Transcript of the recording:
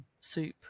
soup